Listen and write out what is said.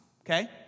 Okay